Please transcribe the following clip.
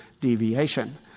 deviation